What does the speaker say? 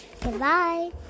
Goodbye